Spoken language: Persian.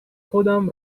خودم